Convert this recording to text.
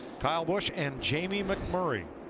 kyle busch and jamie mcmurray.